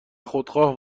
خودخواه